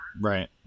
right